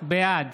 בעד